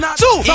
two